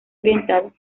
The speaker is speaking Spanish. oriental